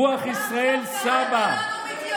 רוח ישראל סבא,